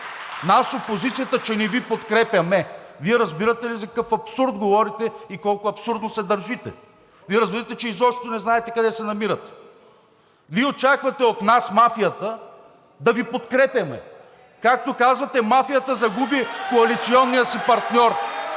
нас опозицията, че не Ви подкрепяме, Вие разбирате ли за какъв абсурд говорите и колко абсурдно се държите? Вие разбирате ли, че изобщо не знаете къде се намирате? Вие очаквате от нас, мафията, да Ви подкрепяме. Както казвате, мафията загуби коалиционния си партньор.